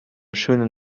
schönen